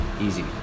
easy